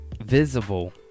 visible